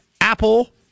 Apple